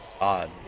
Odd